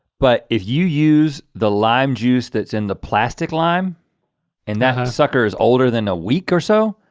but if you use the lime juice that's in the plastic lime and that sucker is older than a week or so.